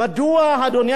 אדוני היושב-ראש,